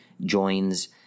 joins